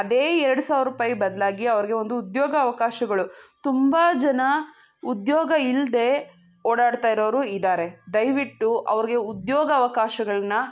ಅದೇ ಎರಡು ಸಾವಿರ ರೂಪಾಯಿ ಬದಲಾಗಿ ಅವ್ರಿಗೆ ಒಂದು ಉದ್ಯೋಗ ಅವಕಾಶಗಳು ತುಂಬ ಜನ ಉದ್ಯೋಗ ಇಲ್ಲದೆ ಓಡಾಡ್ತಾ ಇರೋವ್ರು ಇದ್ದಾರೆ ದಯವಿಟ್ಟು ಅವ್ರಿಗೆ ಉದ್ಯೋಗ ಅವಕಾಶಗಳನ್ನ